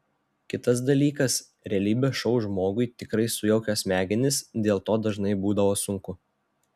kitas dalykas realybės šou žmogui tikrai sujaukia smegenis dėl to dažnai būdavo sunku